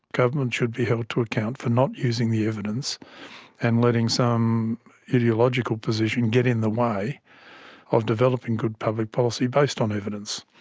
government should be held to account for not using the evidence and letting some ideological position get in the way of developing good public policy based on evidence.